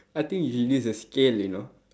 I think you should use the scale you know